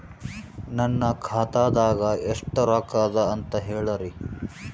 ನನ್ನ ಖಾತಾದಾಗ ಎಷ್ಟ ರೊಕ್ಕ ಅದ ಅಂತ ಹೇಳರಿ?